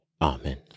Amen